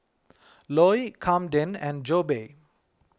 Loy Kamden and Jobe